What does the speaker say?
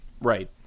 Right